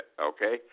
okay